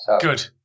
Good